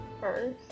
first